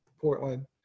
Portland